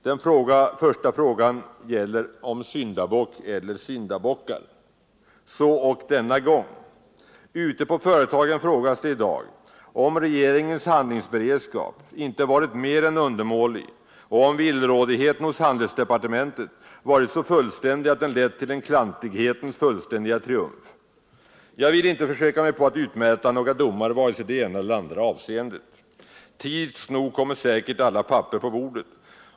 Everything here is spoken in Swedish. Den första är frågan om syndabock eller syndabockar. Så ock denna gång. Ute på företagen frågas det i dag om regeringens handlingsberedskap inte varit mer än undermålig och om villrådigheten hos handelsdepartementet varit så fullständig att den lett till en klantighetens fullständiga triumf. Jag vill inte försöka mig på att fälla några domar i vare sig det ena eller det andra avseendet. Tids nog kommer säkert alla papper på bordet.